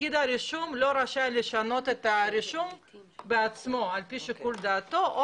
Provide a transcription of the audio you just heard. פקיד הרישום לא רשאי לשנות את הרישום בעצמו על פי שיקול דעתו,